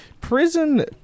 Prison